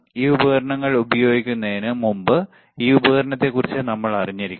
ഈ ഉപകരണം ഉപയോഗിക്കുന്നതിന് മുമ്പ് ഈ ഉപകരണത്തെക്കുറിച്ച് നമ്മൾ അറിഞ്ഞിരിക്കണം